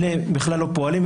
אלה בכלל לא פועלים,